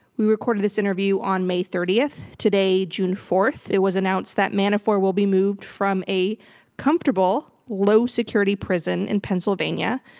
we recorded this interview on may thirtieth. today, june fourth, it was announced that manafort will be moved from a comfortable, low-security prison in pennsylvania,